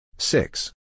Six